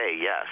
yes